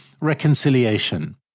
reconciliation